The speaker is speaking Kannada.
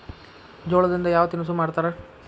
ಜೋಳದಿಂದ ಯಾವ ತಿನಸು ಮಾಡತಾರ?